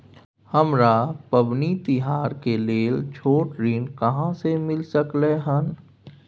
हमरा पबनी तिहार के लेल छोट ऋण कहाँ से मिल सकलय हन?